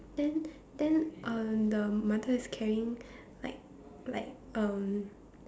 then then um the mother is carrying like like um